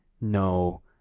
no